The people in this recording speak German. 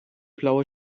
blaue